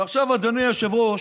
ועכשיו, אדוני היושב-ראש,